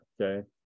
Okay